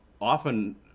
often